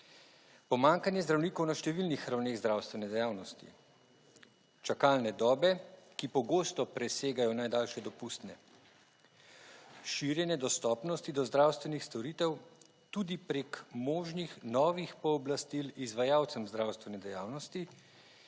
Pomanjkanje zdravnikov na številnih ravneh zdravstvene dejavnosti. Čakalne dobe, ki pogosto presegajo najdaljše dopustne. Širjenje dostopnosti do zdravstvenih storitev tudi preko možnih novih pooblastil izvajalcem zdravstvene dejavnosti.